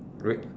red